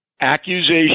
accusation